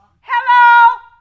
Hello